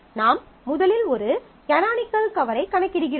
நாம் முதலில் ஒரு கனானிக்கல் கவரை கணக்கிடுகிறோம்